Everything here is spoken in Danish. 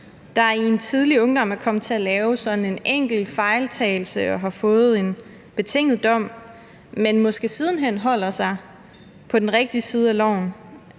der i en tidlig ungdom er kommet til at lave sådan en enkelt fejltagelse og har fået en betinget dom, men måske siden hen holder sig på den rigtige side af loven.